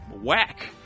whack